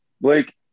Blake